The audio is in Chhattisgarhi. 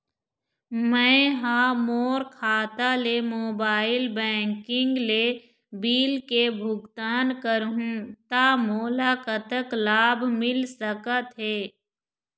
मैं हा मोर खाता ले मोबाइल बैंकिंग ले बिल के भुगतान करहूं ता मोला कतक लाभ मिल सका थे?